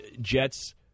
Jets